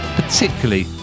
particularly